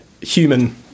human